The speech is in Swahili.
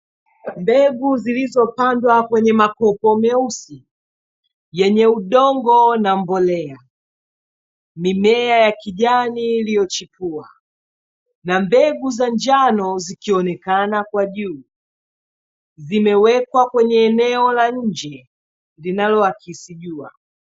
Mbegu zilizopandwa kwenye makopo meusi yenye udongo na mbolea, mimea ya kijani iliyochipua na mbegu za njano zikionekana kwa juu, vimewekwa kwenye eneo la nje linaloakisi jua.